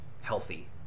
healthy